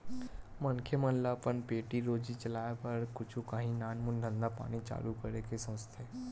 मनखे मन ल अपन पेट रोजी चलाय बर कुछु काही नानमून धंधा पानी चालू करे के सोचथे